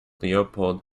leopold